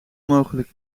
mogelijk